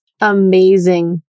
amazing